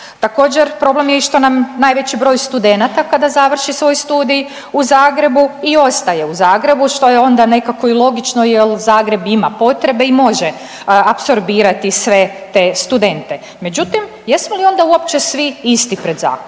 Također problem je i što nam najveći broj studenata kada završi svoj studij u Zagrebu i ostaje u Zagrebu što je onda nekako i logično jer Zagreb ima potrebe i može apsorbirati sve te studente. Međutim, jesmo li onda uopće svi isti pred zakonom?